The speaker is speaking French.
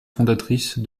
fondatrices